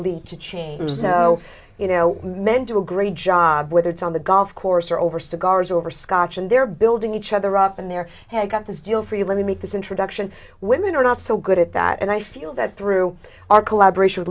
lead to change so you know men do a great job whether it's on the golf course or over cigars over scotch and they're building each other up in their head got this deal for you let me make this introduction women are not so good at that and i feel that through our collaboration